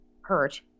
hurt